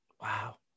Wow